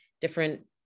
different